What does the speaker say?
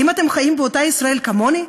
האם אתם חיים באותה ישראל כמוני?